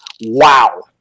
Wow